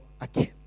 again